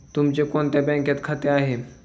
तुमचे कोणत्या बँकेत खाते आहे?